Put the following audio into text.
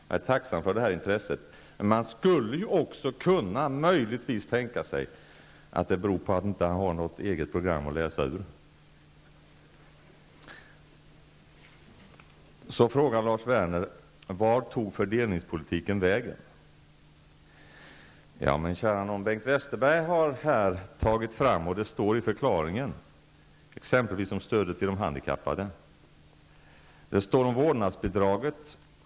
Jag är tacksam för detta intresse. Man skulle också möjligtvis kunna tänka sig att det beror på att han inte har något eget program att läsa i. Så frågar Lars Werner: Vart tog fördelningspolitiken vägen? Men kära nån, Bengt Westerberg har här talat om detta, och det står i regeringsförklaringen exempelvis om stödet till handikappade. Och det står om vårdnadsbidraget.